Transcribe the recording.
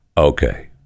okay